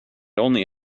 only